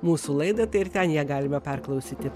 mūsų laidą tai ir ten ją galime perklausyti